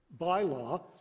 bylaw